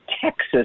Texas